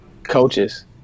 Coaches